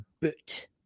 boot